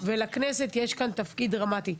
ולכנסת יש כאן תפקיד דרמטי.